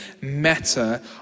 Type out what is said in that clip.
matter